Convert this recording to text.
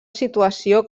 situació